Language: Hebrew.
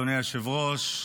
אדוני היושב-ראש,